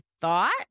thought